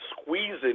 squeezing